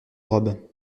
robe